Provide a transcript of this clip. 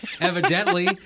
evidently